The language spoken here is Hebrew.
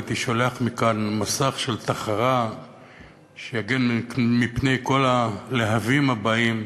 הייתי שולח מכאן מסך של תחרה שיגן מפני כל הלהבים הבאים,